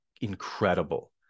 incredible